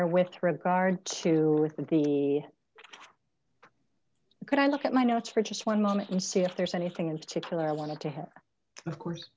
honor with regard to would be could i look at my notes for just one moment and see if there's anything in particular i wanted to have of course